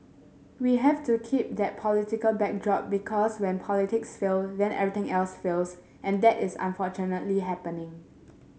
we have to keep that political backdrop because when politics fail then everything else fails and that is unfortunately happening